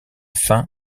fin